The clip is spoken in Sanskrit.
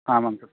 आमां सत्यम्